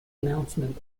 announcement